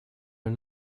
are